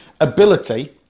ability